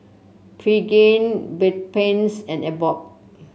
Pregain Bedpans and Abbott